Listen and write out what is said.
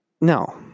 No